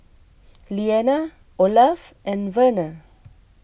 Leana Olaf and Verner